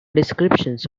descriptions